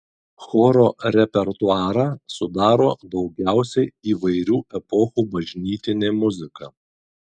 choro repertuarą sudaro daugiausiai įvairių epochų bažnytinė muzika